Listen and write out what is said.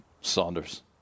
Saunders